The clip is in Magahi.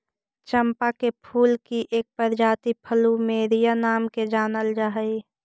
चंपा के फूल की एक प्रजाति प्लूमेरिया नाम से जानल जा हई